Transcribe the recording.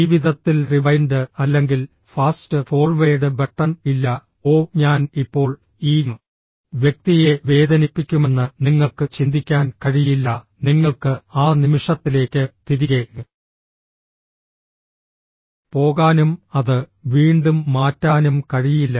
ജീവിതത്തിൽ റിവൈൻഡ് അല്ലെങ്കിൽ fast forward button ഇല്ല ഓ ഞാൻ ഇപ്പോൾ ഈ വ്യക്തിയെ വേദനിപ്പിക്കുമെന്ന് നിങ്ങൾക്ക് ചിന്തിക്കാൻ കഴിയില്ല നിങ്ങൾക്ക് ആ നിമിഷത്തിലേക്ക് തിരികെ പോകാനും അത് വീണ്ടും മാറ്റാനും കഴിയില്ല